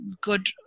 good